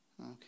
Okay